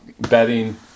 bedding